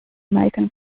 american